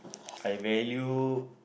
I value